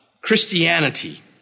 Christianity